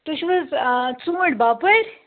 تُہۍ چھِو حظ ژوٗنٹھۍ باپٲرۍ